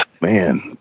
Man